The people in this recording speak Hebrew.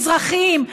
מזרחים,